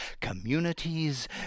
communities